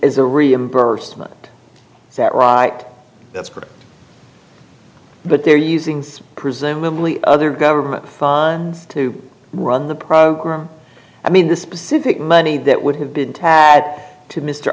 is a reimbursement is that right that's pretty but they're using some presumably other government funds to run the program i mean the specific money that would have been tat to mr